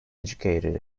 educated